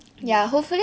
ya